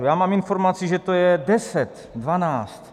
Já mám informaci, že to je deset, dvanáct.